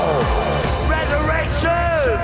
Resurrection